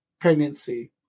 pregnancy